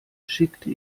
schickte